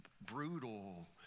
brutal